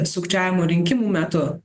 sukčiavimų rinkimų metu